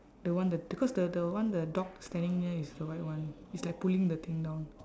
the one the d~ because the the one the dog standing near is the white one it's like pulling the thing down